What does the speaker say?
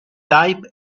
type